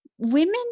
Women